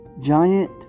Giant